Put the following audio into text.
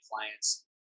clients